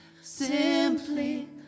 simply